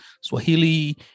Swahili